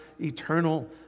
eternal